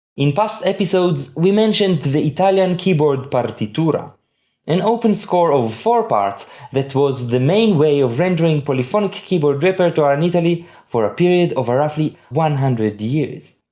in past episodes we mentioned the italian keyboard partitura an open score of four parts that was the main way of rendering polyphonic keyboard repertoire in italy for a period of roughly one hundred years.